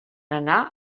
anar